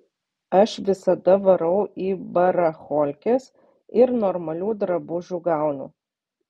aš visada varau į baracholkes ir normalių drabužių gaunu